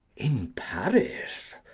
in paris!